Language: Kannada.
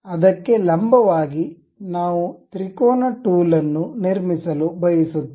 ಅದಕ್ಕೆ ಲಂಬವಾಗಿ ಇಲ್ಲಿ ನಾವು ತ್ರಿಕೋನ ಟೂಲ್ ಅನ್ನು ನಿರ್ಮಿಸಲು ಬಯಸುತ್ತೇವೆ